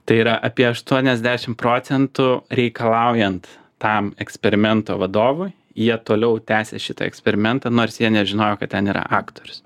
tai yra apie aštuoniasdešimt procentų reikalaujant tam eksperimento vadovui jie toliau tęsia šitą eksperimentą nors jie nežinojo kad ten yra aktorius